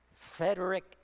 Frederick